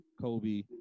Kobe